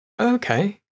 okay